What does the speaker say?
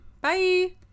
bye